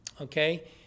Okay